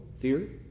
fear